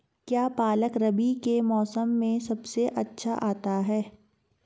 क्या पालक रबी के मौसम में सबसे अच्छा आता है?